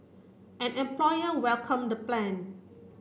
an employer welcomed the plan